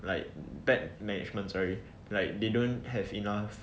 like bad management sorry like they don't have enough